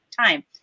time